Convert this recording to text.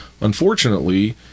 Unfortunately